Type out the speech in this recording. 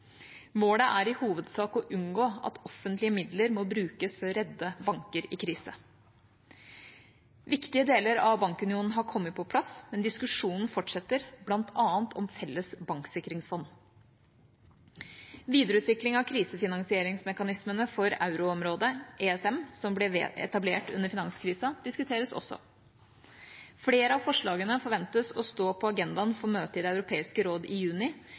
Målet er i hovedsak å unngå at offentlige midler må brukes for å redde banker i krise. Viktige deler av bankunionen har kommet på plass, men diskusjonen fortsetter, bl.a. om felles banksikringsfond. Videreutvikling av krisefinansieringsmekanismene for euroområdet, ESM, som ble etablert under finanskrisen, diskuteres også. Flere av forslagene forventes å stå på agendaen for møtet i Det europeiske råd i juni,